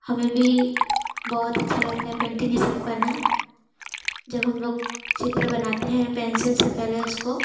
हमें भी बहुत अच्छा लगता है पेंटिंग यह सब करना जब हम लोग चित्र बनाते हैं पेंसिल से पहले उसको